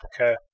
Okay